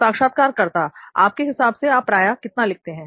साक्षात्कारकर्ता आपके हिसाब से आप प्रायः कितना लिखते हैं